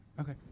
Okay